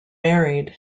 married